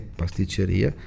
pasticceria